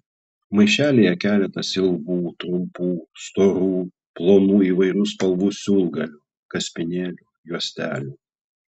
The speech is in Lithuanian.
maišelyje keletas ilgų trumpų storų plonų įvairių spalvų siūlgalių kaspinėlių juostelių